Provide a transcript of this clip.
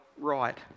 right